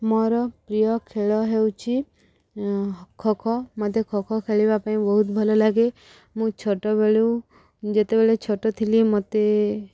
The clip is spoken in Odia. ମୋର ପ୍ରିୟ ଖେଳ ହେଉଛି ଖୋଖୋ ମୋତେ ଖଖୋ ଖେଳିବା ପାଇଁ ବହୁତ ଭଲ ଲାଗେ ମୁଁ ଛୋଟବେଳୁ ଯେତେବେଳେ ଛୋଟ ଥିଲି ମୋତେ